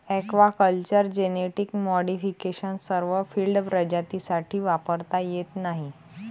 aquaculture genetic modification सर्व field प्रजातींसाठी वापरता येत नाही